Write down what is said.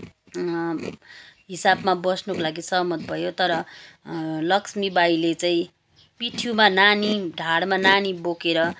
हिसाबमा बस्नुको लागि सहमत भयो तर लक्ष्मीबाईले चाहिँ पिठ्युमा नानी ढाडमा नानी बोकेर